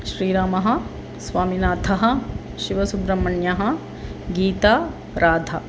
श्रीरामः स्वामीनाथः शिवसुब्रह्मण्यः गीता राधा